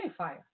identifier